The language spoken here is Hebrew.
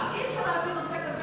אי-אפשר להביא נושא כזה חשוב,